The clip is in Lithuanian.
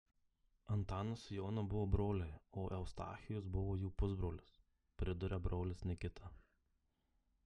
antanas su jonu buvo broliai o eustachijus buvo jų pusbrolis priduria brolis nikita